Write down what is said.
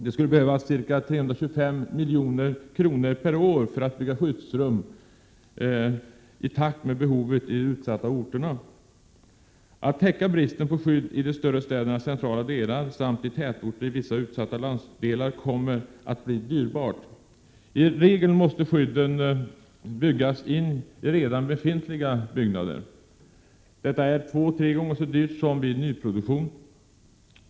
Det skulle behövas ca 325 milj.kr./år för att bygga skyddsrum i takt med behovet i de utsatta orterna. Att täcka bristen på skydd i de större städernas centrala delar samt i tätorter i vissa utsatta landsdelar kommer att bli dyrbart. I regel måste skyddsrummen byggas in i redan befintliga byggnader. Detta är två tre gånger så dyrt som vid nyproduktion.